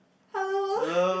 hello